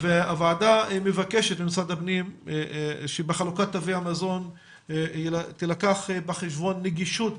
הוועדה מבקשת ממשרד הפנים שבחלוקת תווי המזון תילקח בחשבון נגישות